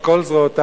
על כל זרועותיו,